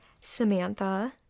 samantha